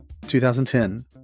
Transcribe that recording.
2010